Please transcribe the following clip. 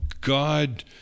god